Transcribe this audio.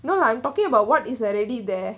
no lah I'm talking about what is already there